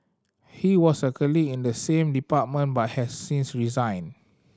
he was a colleague in the same department but has since resigned